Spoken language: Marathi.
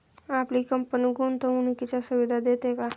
आपली कंपनी गुंतवणुकीच्या सुविधा देते का?